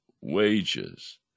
wages